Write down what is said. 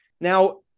Now